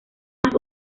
más